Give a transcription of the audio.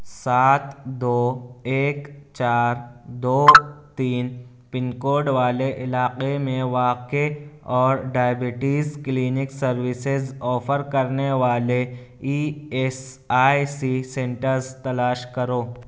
سات دو ایک چار دو تین پن کوڈ والے علاقے میں واقع اور ڈائیبٹیز کلینک سروسز آفر کرنے والے E S I C centres تلاش کرو